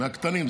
מהקטנים,